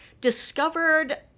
discovered